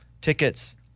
tickets